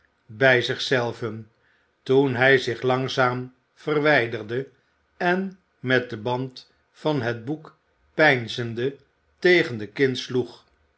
bij zich zelven toen hij zich langzaam verwijderde en met den band van het boek peinzende tegen de kin sloeg